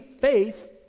faith